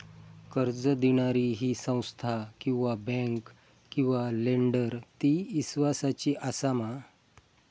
कर्ज दिणारी ही संस्था किवा बँक किवा लेंडर ती इस्वासाची आसा मा?